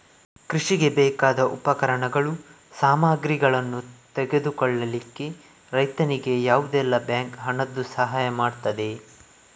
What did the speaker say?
ಕೃಷಿಗೆ ಬೇಕಾದ ಉಪಕರಣಗಳು, ಸಾಮಗ್ರಿಗಳನ್ನು ತೆಗೆದುಕೊಳ್ಳಿಕ್ಕೆ ರೈತನಿಗೆ ಯಾವುದೆಲ್ಲ ಬ್ಯಾಂಕ್ ಹಣದ್ದು ಸಹಾಯ ಮಾಡ್ತದೆ?